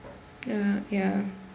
ya ya